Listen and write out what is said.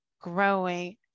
growing